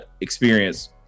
experience